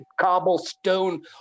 cobblestone